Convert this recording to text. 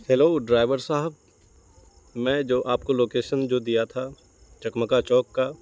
hello driver صاحب میں جو آپ کو لوکیشن جو دیا تھا چکمکا چوک کا